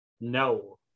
No